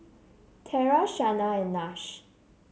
Tera Shanna and Nash